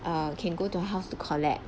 err can go to her house to collect